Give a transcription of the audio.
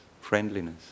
friendliness